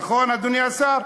נכון, אדוני השר?